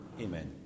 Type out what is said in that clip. Amen